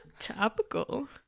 topical